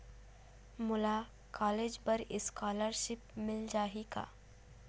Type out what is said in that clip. मोला कॉलेज बर स्कालर्शिप मिल जाही का?